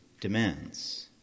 demands